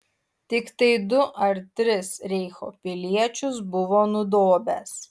tiktai du ar tris reicho piliečius buvo nudobęs